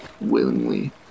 willingly